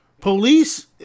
Police